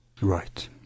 Right